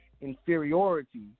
inferiority